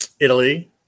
Italy